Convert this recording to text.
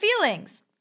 feelings